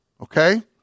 okay